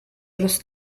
los